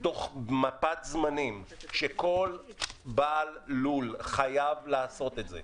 תוך מפת זמנים שכל בעל לול חייב לעשות את זה.